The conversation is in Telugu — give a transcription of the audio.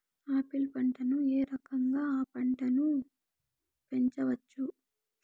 ఆపిల్ పంటను ఏ రకంగా అ పంట ను పెంచవచ్చు?